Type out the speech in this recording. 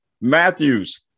Matthews